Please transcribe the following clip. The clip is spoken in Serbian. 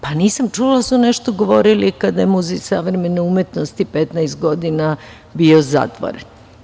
Pa, nisam čula da su nešto govorili kada je Muzej savremene umetnosti 15 godina bio zatvoren?